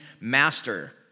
master